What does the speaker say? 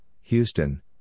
Houston